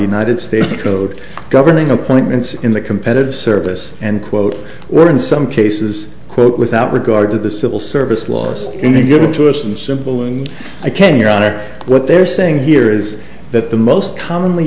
united states code governing appointments in the competitive service and quote or in some cases quote without regard to the civil service laws in any given to us and simple and i can your honor what they're saying here is that the most commonly